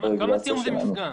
כמה זיהום זה מפגע?